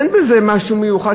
אין בזה משהו מיוחד,